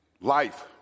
life